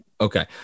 Okay